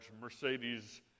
Mercedes